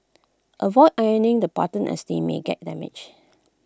avoid ironing the buttons as they may get damaged